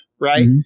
right